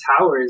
towers